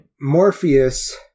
Morpheus